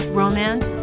romance